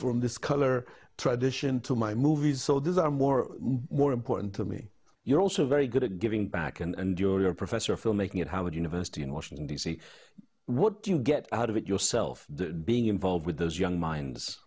from this color tradition to my movies so these are more more important to me you're also very good at giving back and you're a professor of filmmaking at howard university in washington d c what do you get out of it yourself being involved with those young minds